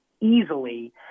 easily